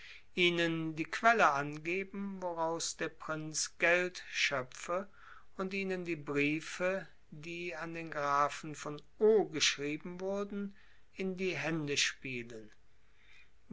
ihnen die quelle angeben woraus der prinz geld schöpfe und ihnen die briefe die an den grafen von o geschrieben würden in die hände spielen